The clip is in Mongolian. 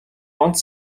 онц